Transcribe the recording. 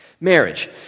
Marriage